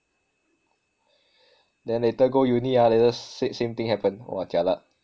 then later go uni ah later s~ same thing happen !wah! jialat